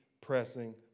pressing